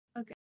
Okay